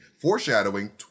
foreshadowing